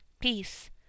peace